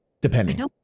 depending